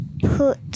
put